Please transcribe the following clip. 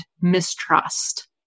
mistrust